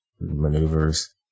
Maneuvers